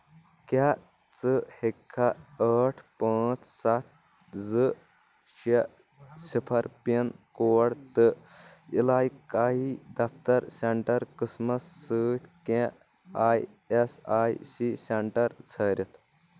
کیٛاہ ژٕ ہیٚککھا ٲٹھ پانٛژھ سَتھ زٕ شیٚے صِفر پِن کوڈ تہٕ علاقٲیی دفتر سینٹر قٕسمس سۭتۍ کینٛہہ I S I C centre ژھٲرِتھ؟